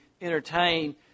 entertain